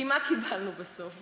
כי מה קיבלנו בסוף?